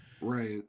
right